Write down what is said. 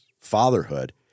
fatherhood